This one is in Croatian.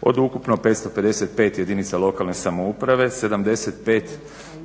Od ukupno 555 jedinica lokalne samouprave 75 općina